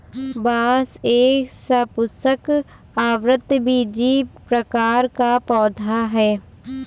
बांस एक सपुष्पक, आवृतबीजी प्रकार का पौधा है